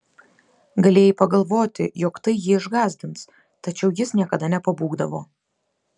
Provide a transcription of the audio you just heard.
galėjai pagalvoti jog tai jį išgąsdins tačiau jis niekada nepabūgdavo